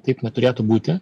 taip neturėtų būti